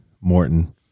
morton